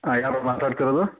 ಹಾಂ ಯಾರು ಮಾತಾಡ್ತಿರೋದು